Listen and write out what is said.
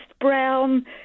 brown